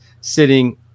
sitting